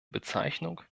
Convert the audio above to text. bezeichnung